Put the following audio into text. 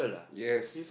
yes